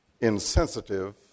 insensitive